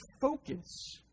focus